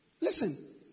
Listen